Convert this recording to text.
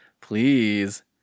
Please